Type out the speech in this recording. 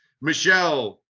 Michelle